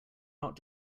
not